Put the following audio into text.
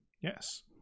yes